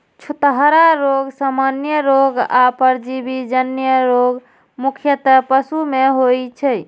छूतहा रोग, सामान्य रोग आ परजीवी जन्य रोग मुख्यतः पशु मे होइ छै